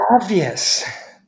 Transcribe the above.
obvious